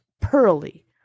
Pearly